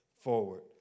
forward